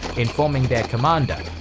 informing their commander,